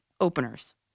openers